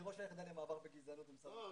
היחידה למאבק בגזענות במשרד המשפטים.